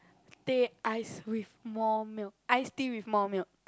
teh ice with more milk iced tea with more milk